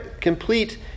complete